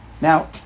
Now